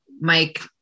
Mike